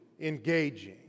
engaging